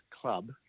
club